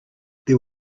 there